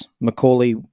Macaulay